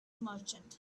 merchant